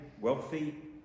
wealthy